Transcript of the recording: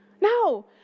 No